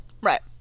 Right